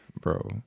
bro